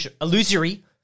illusory